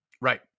Right